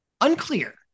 unclear